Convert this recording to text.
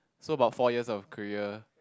so about four years of career